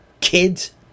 kids